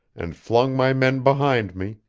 and flung my men behind me,